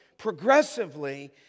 progressively